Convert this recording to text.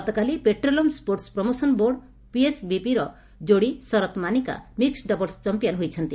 ଗତକାଲି petroleum sports promotion board ପିଏସ୍ପିବିର ଯୋଡ଼ି Sharath Manika mixed doubles champion ହୋଇଛନ୍ତି